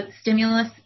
stimulus